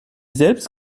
selbst